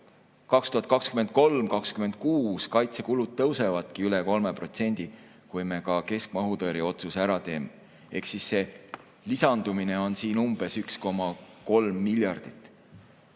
2023–2026 kaitsekulud tõusevadki üle 3%, kui me ka keskmaa õhutõrje otsuse ära teeme. Ehk lisandumine on umbes 1,3 miljardit.